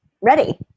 ready